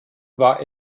war